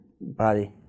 body